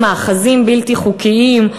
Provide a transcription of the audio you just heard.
למאחזים בלתי חוקיים,